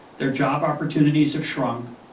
their job opportunities have shrunk.